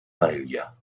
failure